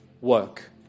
work